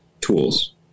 tools